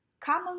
Common